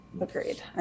agreed